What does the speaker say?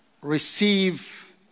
receive